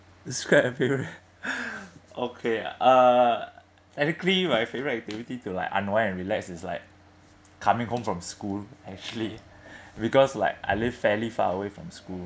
describe your favourite okay uh technically my favourite activity to like unwind and relax it's like coming home from school actually because like I live fairly far away from school